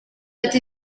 ati